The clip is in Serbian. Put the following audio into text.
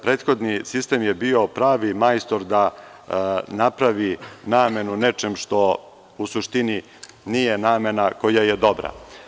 Prethodni sistem je bio pravi majstor da napravi namenu nečem što u suštini nije namena koja je dobra.